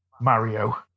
Mario